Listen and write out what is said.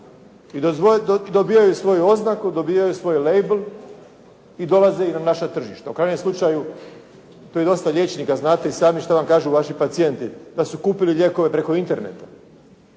i dobivaju svoju oznaku, dobivaju svoj label i dolaze i na naša tržišta. U krajnjem slučaju, tu je dosta liječnika, znate i sami što vam kažu vaši pacijenti, da su kupili lijekove preko interneta